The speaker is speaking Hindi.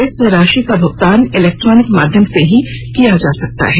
इस राशि का भुगतान इलैक्ट्रोनिक माध्यम से ही किया जा सकता है